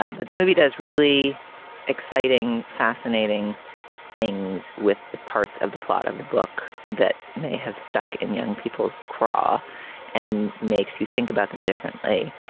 ah but the movie does really exciting, fascinating things with the parts of the plot of the book that may have stuck in young people's craw and makes you think about them differently.